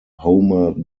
homer